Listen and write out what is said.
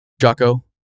Jocko